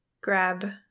grab